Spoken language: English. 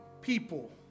people